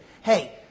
Hey